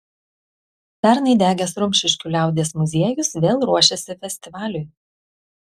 pernai degęs rumšiškių liaudies muziejus vėl ruošiasi festivaliui